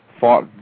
fought